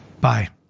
bye